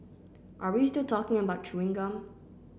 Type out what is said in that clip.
are we still talking about chewing gum